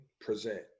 present